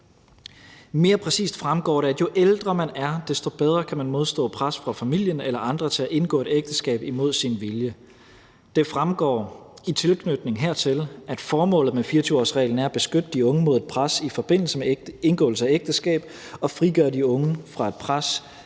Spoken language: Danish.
Mere præcist fremgår det, at jo ældre man er, desto bedre kan man modstå pres fra familien eller andre til at indgå ægteskab imod sin vilje. Det fremgår i tilknytning hertil, at formålet med 24-årsreglen er at beskytte de unge mod et pres i forbindelse med indgåelse af ægteskab og frigøre de unge fra et pres